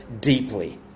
deeply